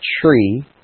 tree